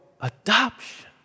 adoption